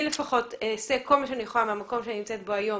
אני לפחות אעשה כל מה שאני יכולה מהמקום שאני נמצאת בו היום